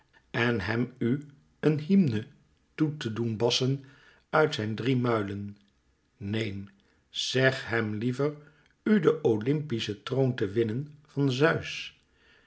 en hem u een hymne toe te doen bassen uit zijn drie muilen neen zeg hem liever u den oympischen troon te winnen van zeus